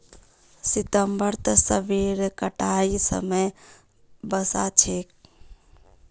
सितंबरत सेबेर कटाईर समय वसा छेक